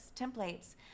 templates